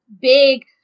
big